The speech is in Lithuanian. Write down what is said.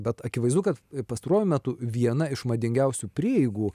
bet akivaizdu kad pastaruoju metu viena iš madingiausių prieigų